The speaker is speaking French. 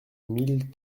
mille